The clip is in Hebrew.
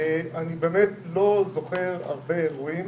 אני לא זוכר הרבה אירועים